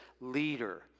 leader